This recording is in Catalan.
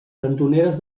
cantoneres